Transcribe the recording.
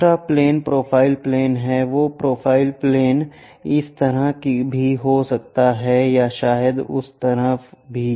दूसरा plane profile plane है वो प्रोफाइल प्लेन इस तरफ भी हो सकता है या शायद उस तरफ भी